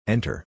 Enter